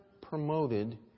promoted